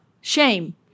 Shame